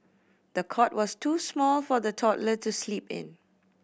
the cot was too small for the toddler to sleep in